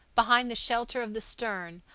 behind the shelter of the stern,